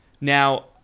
now